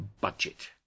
budget